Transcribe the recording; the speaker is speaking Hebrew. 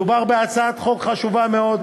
מדובר בהצעת חוק חשובה מאוד,